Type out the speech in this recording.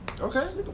Okay